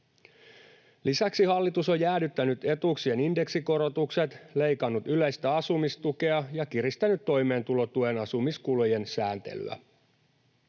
Lisäksi hallitus on jäädyttänyt etuuksien indeksikorotukset, leikannut yleistä asumistukea ja kiristänyt toimeentulotuen asumiskulujen sääntelyä.